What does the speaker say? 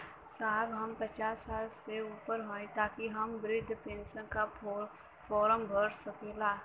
साहब हम पचास साल से ऊपर हई ताका हम बृध पेंसन का फोरम भर सकेला?